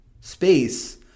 space